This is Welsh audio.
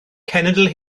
cenedl